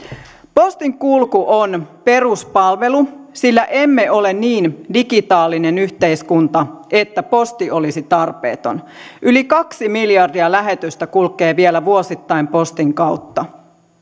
postinkulku on peruspalvelu sillä emme ole niin digitaalinen yhteiskunta että posti olisi tarpeeton yli kaksi miljardia lähetystä kulkee vielä vuosittain postin kautta